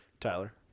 Tyler